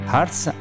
hearts